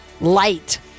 light